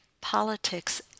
politics